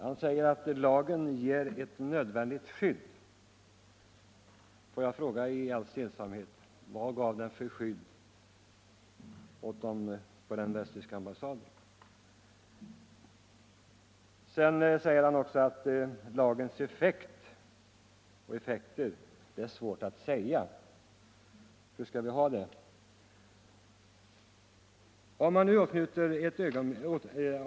Han säger att lagen ger ett nödvändigt skydd. Får jag inom parentes fråga i all stillsamhet: Vad gav den för skydd på den västtyska ambassaden? Herr Nygren påstår emellertid också att det är svårt att säga vilka effekter lagen har. Hur skall vi ha det, herr Nygren?